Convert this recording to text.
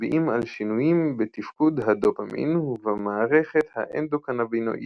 מצביעים על שינויים בתפקוד הדופמין ובמערכת האנדוקנבינואידית.